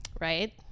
Right